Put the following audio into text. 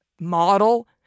model